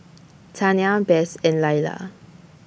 Tania Bess and Lyla